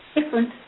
different